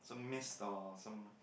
some mist or some